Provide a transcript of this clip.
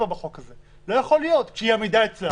שהמידע אצלה